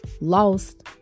lost